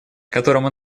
которому